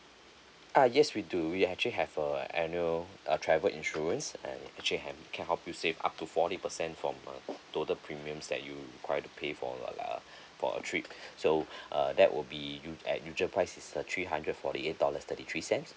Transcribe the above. ah yes we do we actually have a annual uh travel insurance and it actually han~ can help you save up to forty percent from uh total premiums that you require to pay for a uh for a trip so uh that would be u~ at usual price is uh three hundred forty eight dollars thirty three cents